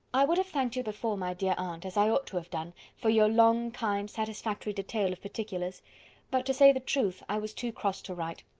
i would have thanked you before, my dear aunt, as i ought to have done, for your long, kind, satisfactory, detail of particulars but to say the truth, i was too cross to write.